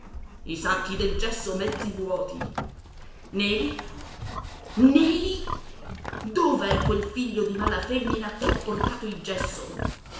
i sacchi del gesso mezzi vuoti neli neli dov'è quel figlio di mala femmina che ha portato il gesso